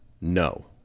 No